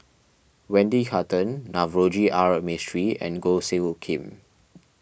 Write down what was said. Wendy Hutton Navroji R Mistri and Goh Soo Khim